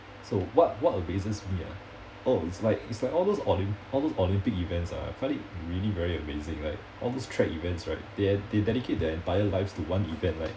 so what what amazes me ah oh it's like it's like all those olym~ all those olympic events ah I find it really very amazing like all those track events right they're they dedicate their entire lives to one event right